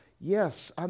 Yes